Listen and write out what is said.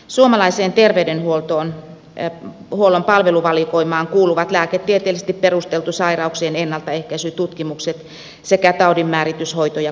suomalaiseen terveydenhuollon palveluvalikoimaan kuuluvat lääketieteellisesti perusteltu sairauksien ennaltaehkäisy tutkimukset sekä taudinmääritys hoito ja kuntoutus